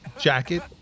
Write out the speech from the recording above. jacket